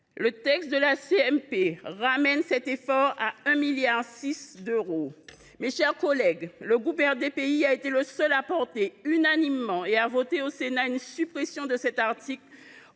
le texte de la CMP ramène l’effort à 1,6 milliard d’euros. Mes chers collègues, notre groupe a été le seul à défendre unanimement et à voter au Sénat la suppression de cet article.